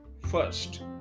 First